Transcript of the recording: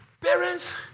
parents